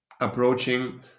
approaching